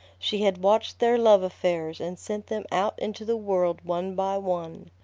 she had watched their love-affairs and sent them out into the world one by one.